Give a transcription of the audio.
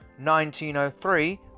1903